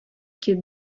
кіт